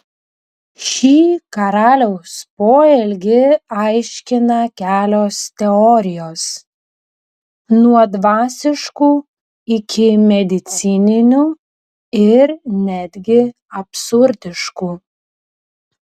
šį karaliaus poelgį aiškina kelios teorijos nuo dvasiškų iki medicininių ir netgi absurdiškų